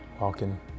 walking